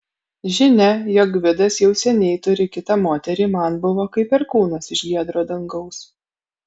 žinia jog gvidas jau seniai turi kitą moterį man buvo kaip perkūnas iš giedro dangaus